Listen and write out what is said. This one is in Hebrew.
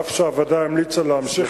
אף שהוועדה המליצה להמשיך